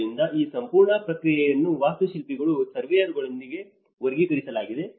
ಆದ್ದರಿಂದ ಈ ಸಂಪೂರ್ಣ ಪ್ರಕ್ರಿಯೆಯನ್ನು ವಾಸ್ತುಶಿಲ್ಪಿಗಳು ಸರ್ವೇಯರ್ಗಳೊಂದಿಗೆ ವರ್ಗೀಕರಿಸಲಾಗಿದೆ